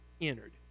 entered